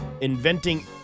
Inventing